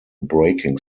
braking